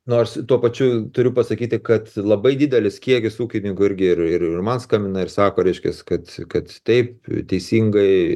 nors tuo pačiu turiu pasakyti kad labai didelis kiekis ūkininkų irgi ir ir man skambina ir sako reiškiasi kad kad taip teisingai